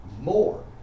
more